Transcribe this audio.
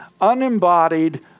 unembodied